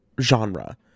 genre